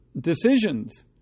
decisions